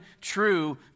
true